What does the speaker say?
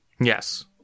Yes